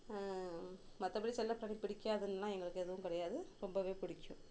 மற்றபடி செல்லப்பிராணி பிடிக்காதுனுலாம் எங்களுக்கு எதுவும் கிடையாது ரொம்பவே பிடிக்கும்